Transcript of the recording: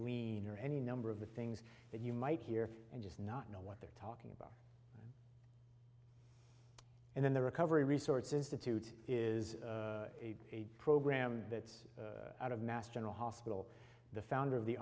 leaner or any number of the things that you might hear and just not know what they're talking about and then the recovery resorts institute is a program that's out of mass general hospital the founder of the